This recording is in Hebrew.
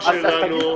אז תגיד.